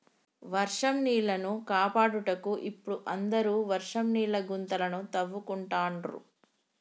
వర్షం నీళ్లను కాపాడుటకు ఇపుడు అందరు వర్షం నీళ్ల గుంతలను తవ్వించుకుంటాండ్రు